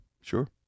Sure